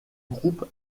groupe